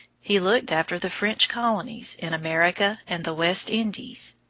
he looked after the french colonies in america and the west indies.